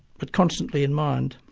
but constantly in mind.